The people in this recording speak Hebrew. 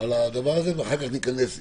על זה, ואחר כך ניכנס לעיר-עיר,